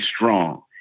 strong